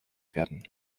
werden